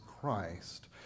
Christ